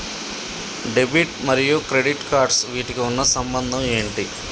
Debit మరియు credit cards వీటికి ఉన్న సంబంధం ఏంటి?